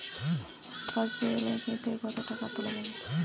পাশবই এককালীন থেকে কত টাকা তোলা যাবে?